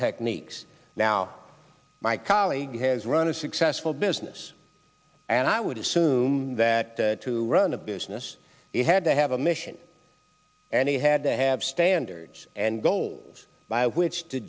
techniques now my colleague has run a successful business and i would assume that to run a business it had to have a mission and he had to have standards and goals by which t